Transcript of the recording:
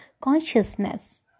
consciousness